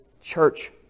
church